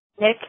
Nick